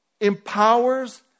Empowers